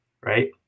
right